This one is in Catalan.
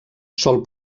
sol